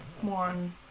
one